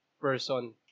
person